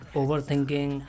overthinking